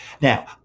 Now